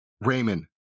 Raymond